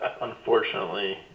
unfortunately